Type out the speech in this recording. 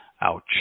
Ouch